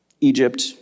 Egypt